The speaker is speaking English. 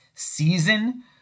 Season